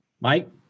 Mike